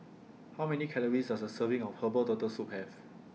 How Many Calories Does A Serving of Herbal Turtle Soup Have